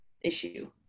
issue